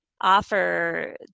offer